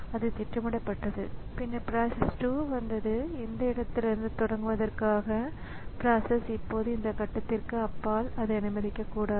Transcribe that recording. device controller 1 க்கு உண்மையான device D 1 இணைக்கப்பட்டுள்ளது டிவைஸ் கண்ட்ரோலர் 2 க்கு உண்மையான டிவைஸ் D 2 இணைக்கப்பட்டுள்ளது